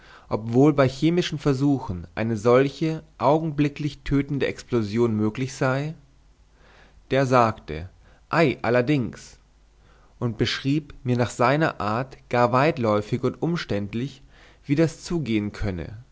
wohl bei chemischen versuchen eine solche augenblicklich tötende explosion möglich sei der sagte ei allerdings und beschrieb mir nach seiner art gar weitläufig und umständlich wie das zugehen könne